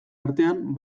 artean